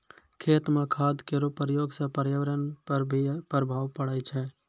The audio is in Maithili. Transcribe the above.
खेत म खाद केरो प्रयोग सँ पर्यावरण पर भी प्रभाव पड़ै छै